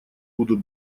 будут